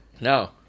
No